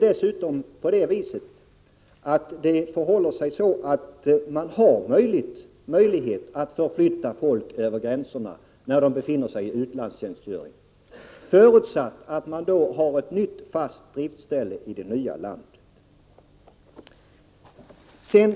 Det är dessutom möjligt att förflytta människor som befinner sig i utlandstjänst över gränserna, förutsatt att de har ett nytt fast driftsställe i det nya landet.